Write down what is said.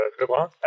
Lebrun